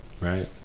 Right